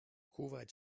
kuwait